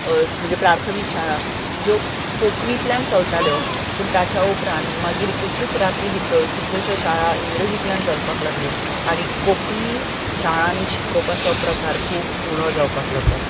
म्हणजे प्राथ्मीक शाळा ज्यो कोंकणींतल्यान चलताल्यो पूण ताच्या उपरांत मागीर एकूच राती भितर कितल्योश्योच शाळां इंग्लिशींतल्यान चलपाक लागल्यो आनी कोंकणी शाळांनी शिकोवपाचो प्रकार खूब उणो जावपाक लागलो